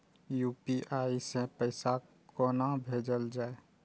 UPI सै पैसा कोना भैजल जाय?